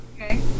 Okay